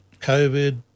COVID